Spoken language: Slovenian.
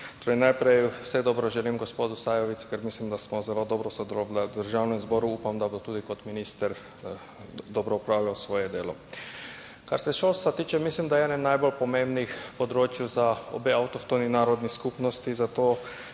najprej vse dobro želim gospodu Sajovicu, ker mislim, da smo zelo dobro sodelovali v Državnem zboru, upam, da bo tudi kot minister dobro opravljal svoje delo. Kar se šolstva tiče, mislim, da je ena najbolj pomembnih področij za obe avtohtoni narodni skupnosti,